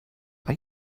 are